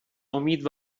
امید